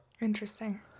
interesting